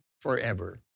Forever